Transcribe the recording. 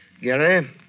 Gary